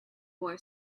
boy